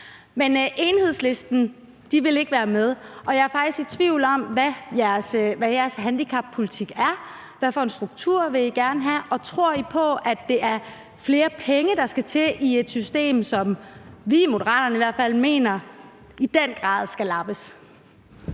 Men Enhedslisten vil ikke være med. Og jeg er faktisk i tvivl om, hvad jeres handicappolitik er. Hvad for en struktur vil I gerne have? Og tror I på, at det er flere penge, der skal til, i et system, som vi i Moderaterne i hvert fald i den grad mener skal lappes?